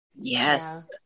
Yes